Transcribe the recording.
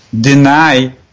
deny